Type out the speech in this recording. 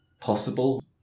possible